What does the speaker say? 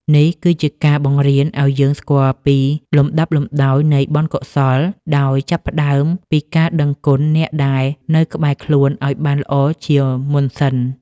នេះគឺជាការបង្រៀនឱ្យយើងស្គាល់ពីលំដាប់លំដោយនៃបុណ្យកុសល ដោយចាប់ផ្ដើមពីការដឹងគុណអ្នកដែលនៅក្បែរខ្លួនឱ្យបានល្អជាមុនសិន។